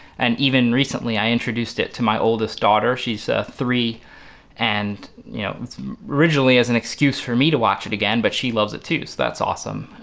and even recently i introduced it to my oldest daughter, she's three and you know originally as an excuse for me to watch it again, but she loves it, too so that's awesome,